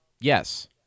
Yes